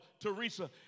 Teresa